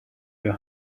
your